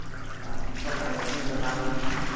की बताएब एतनी बताबै छी